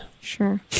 Sure